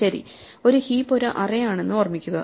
ശരി ഒരു ഹീപ്പ് ഒരു അറേ ആണെന്ന് ഓർമ്മിക്കുക